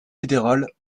fédérales